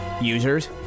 Users